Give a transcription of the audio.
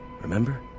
Remember